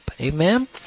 Amen